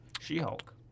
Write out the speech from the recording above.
She-Hulk